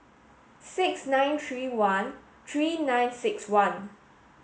six nine three one three nine six one